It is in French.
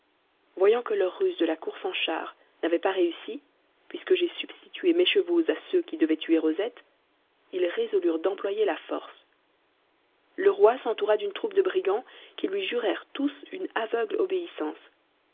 voyant que leur ruse de la course en chars n'avait pas réussi puisque j'ai substitué mes chevaux à ceux qui devaient tuer rosette ils résolurent d'employer la force le roi s'entoura d'une troupe de brigands qui lui jurèrent tous une aveugle obéissance